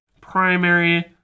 primary